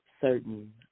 certain